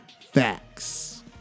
facts